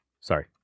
Sorry